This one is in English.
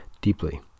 deeply